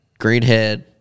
Greenhead